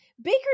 Baker